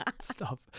Stop